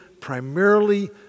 primarily